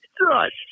right